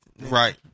Right